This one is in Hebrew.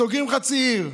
סוגרים חצי עיר.